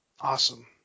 awesome